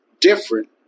different